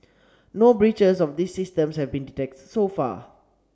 no breaches of these systems have been detected so far